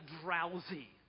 drowsy